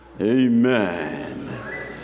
amen